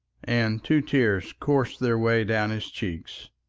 and two tears coursed their way down his cheeks.